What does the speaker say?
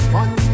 one